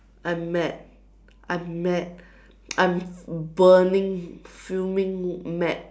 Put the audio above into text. I'm mad I'm mad I'm burning fuming mad